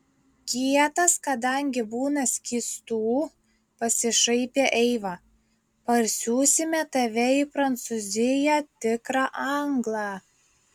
kietas kadangi būna skystų pasišaipė eiva parsiųsime tave į prancūziją tikrą anglą